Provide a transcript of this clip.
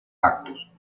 actos